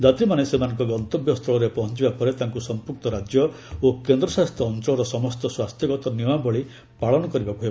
ଯାତ୍ରୀମାନେ ସେମାନଙ୍କ ଗନ୍ତବ୍ୟ ସ୍ଥଳରେ ପହଞ୍ଚିବା ପରେ ତାଙ୍କୁ ସମ୍ପୁକ୍ତ ରାଜ୍ୟ ଓ କେନ୍ଦ୍ରଶାସିତ ଅଞ୍ଚଳର ସମସ୍ତ ସ୍ୱାସ୍ଥ୍ୟଗତ ନିୟମାବଳୀ ପାଳନ କରିବାକୁ ହେବ